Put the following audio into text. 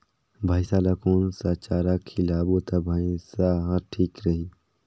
भैसा ला कोन सा चारा खिलाबो ता भैंसा हर ठीक रही?